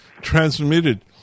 transmitted